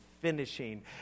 finishing